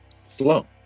slow